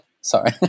Sorry